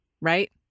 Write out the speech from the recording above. Right